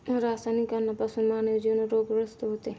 रासायनिक अन्नापासून मानवी जीवन रोगग्रस्त होते